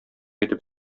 итеп